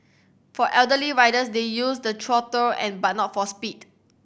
for elderly riders they use the throttle and but not for speed